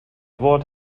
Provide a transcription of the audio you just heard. wort